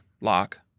Lock